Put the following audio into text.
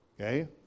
Okay